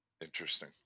Interesting